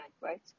right